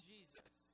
Jesus